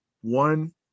one